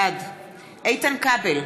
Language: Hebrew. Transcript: בעד איתן כבל,